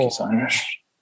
Irish